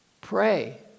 pray